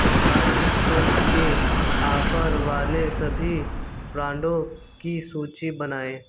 सफाई इस्पंज के आफर वाले सभी ब्रांडों की सूची बनाएँ